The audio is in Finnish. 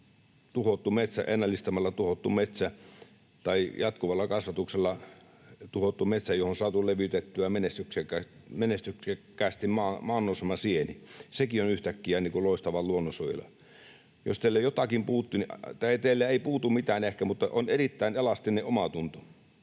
ennallistamalla tuhotusta metsästä tai jatkuvalla kasvatuksella tuhotusta metsästä, johon on saatu levitettyä menestyksekkäästi maannousemasieni. Sekin on yhtäkkiä niin kuin loistavaa luonnonsuojelua. Jos teiltä jotakin puuttuu... Tai teiltä ei ehkä puutu mitään, mutta teillä on erittäin elastinen omatunto.